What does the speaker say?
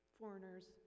foreigners